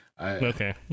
Okay